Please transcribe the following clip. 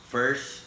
First